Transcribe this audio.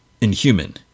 inhuman